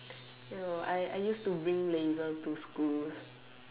no I used to bring laser to school